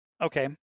Okay